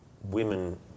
women